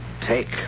Take